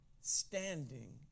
standing